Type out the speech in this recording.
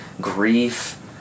grief